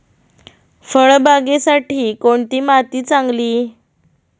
फळबागेसाठी कोणती माती चांगली?